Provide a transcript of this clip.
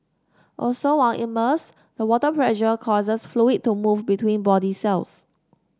also while immersed the water pressure causes fluid to move between body cells